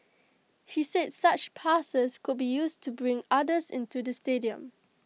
he said such passes could be used to bring others into the stadium